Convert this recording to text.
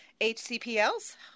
HCPL's